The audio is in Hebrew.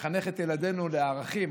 שמחנך את ילדינו לערכים,